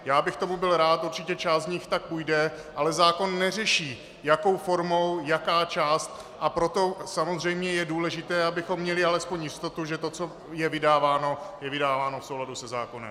Já bych tomu byl rád, určitě část z nich tak půjde, ale zákon neřeší, jakou formou, jaká část, a proto samozřejmě je důležité, abychom měli alespoň jistotu, že to, co je vydáváno, je vydáváno v souladu se zákonem.